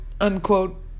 unquote